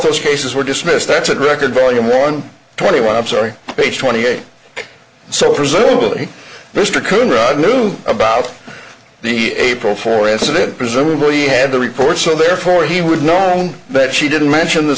those cases were dismissed that's at record volume one twenty one i'm sorry page twenty eight so presumably there's to cooma knew about the april for incident presumably had the report so therefore he would know but she didn't mention the